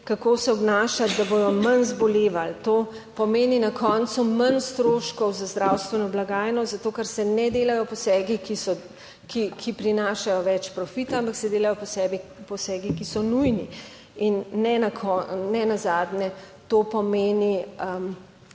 kako se obnašati, da bodo manj zbolevali, to pomeni na koncu manj stroškov za zdravstveno blagajno, zato, ker se ne delajo posegi. Ki prinašajo več profita, ampak se delajo posegi, ki so nujni in ne nazadnje to pomeni,